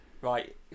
Right